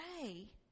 say